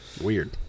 Weird